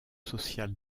social